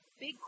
big